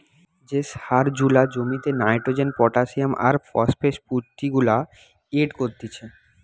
যে সার জুলা জমিতে নাইট্রোজেন, পটাসিয়াম আর ফসফেট পুষ্টিগুলা এড করতিছে